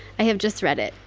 i have just read it.